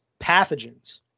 pathogens